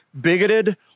bigoted